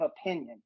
opinion